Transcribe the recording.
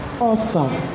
Awesome